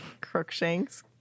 Crookshanks